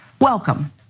welcome